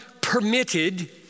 permitted